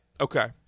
okay